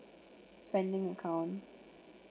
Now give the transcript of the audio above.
spending account